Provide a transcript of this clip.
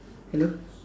hello